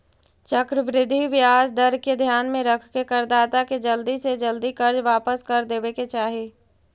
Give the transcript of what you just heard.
चक्रवृद्धि ब्याज दर के ध्यान में रखके करदाता के जल्दी से जल्दी कर्ज वापस कर देवे के चाही